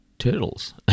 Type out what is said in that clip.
Turtles